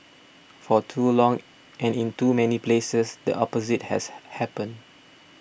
for too long and in too many places the opposite has happened